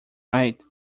right